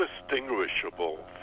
indistinguishable